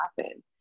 happen